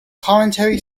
commentary